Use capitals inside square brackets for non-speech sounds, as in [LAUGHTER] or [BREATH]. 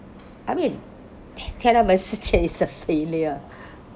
I mean 天安门事件 is a failure [BREATH]